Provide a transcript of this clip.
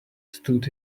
stood